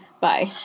Bye